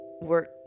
work